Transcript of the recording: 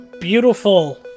beautiful